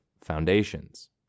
foundations